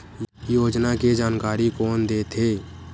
योजना के जानकारी कोन दे थे?